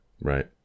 Right